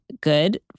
good